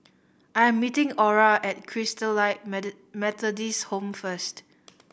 I am meeting Orah at Christalite Methodist Home first